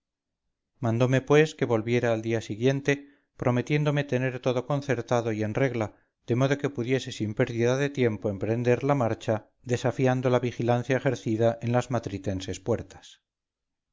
mandome pues que volviera al día siguiente prometiéndome tener todo concertado y en regla de modo que pudiese sin pérdida de tiempo emprender la marcha desafiando la vigilancia ejercida en las matritenses puertas